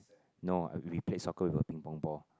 no I replace soccer with a Ping Pong ball